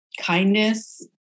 kindness